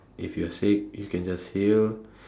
if you're sick you can just heal